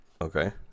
Okay